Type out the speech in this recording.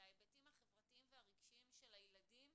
להיבטים החברתיים והרגשיים של הילדים,